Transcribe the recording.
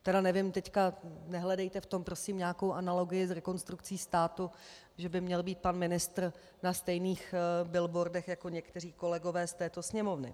Tedy nevím teď, nehledejte v tom prosím nějakou analogii s Rekonstrukcí státu, že by měl být pan ministr na stejných billboardech jako někteří kolegové z této Sněmovny.